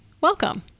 welcome